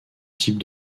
type